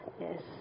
Yes